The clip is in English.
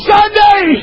Sunday